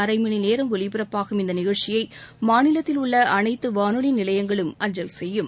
அரை மணிநேரம் ஒலிபரப்பாகும் இந்த நிகழ்ச்சியை மாநிலத்தில் உள்ள அனைத்து வானொலி நிலையங்களும் அஞ்சல் செய்யும்